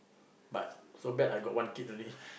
but so bad I got one kid only